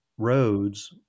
Roads